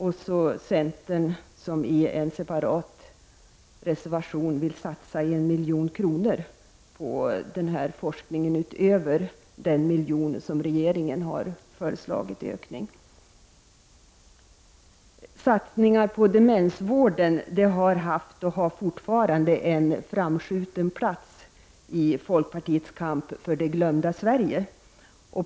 Centern har i en separat reservation anfört att man vill satsa 1 milj.kr. utöver den miljon som regeringen har föreslagit till denna forskning. Satsningar på demensvården har haft och har fortfarande en framskjuten plats i folkpartiets kamp för det glömda Sverige.